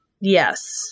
Yes